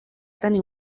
tenir